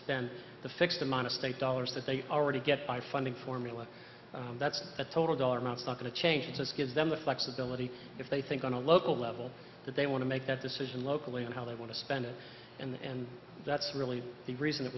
spend the fixed amount of state dollars that they already get by funding formula that's a total dollar amounts are going to change this gives them the flexibility if they think on a local level that they want to make that decision locally and how they want to spend it and that's really the reason